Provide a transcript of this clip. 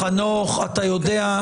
חנוך אתה יודע,